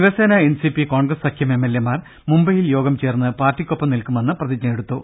Shiv Sena NCP Congress സഖ്യം എംഎൽഎമാർ മുംബൈയിൽ യോഗം ചേർന്ന് പാർട്ടിക്കൊപ്പം നിൽക്കുമെന്ന് പ്രതിജ്ഞയെടുത്തു